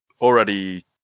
already